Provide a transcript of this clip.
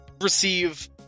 receive